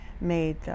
made